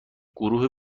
گروه